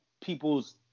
people's